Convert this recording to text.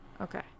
Okay